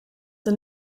een